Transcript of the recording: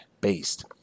based